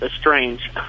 strange